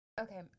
okay